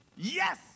yes